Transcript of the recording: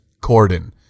Corden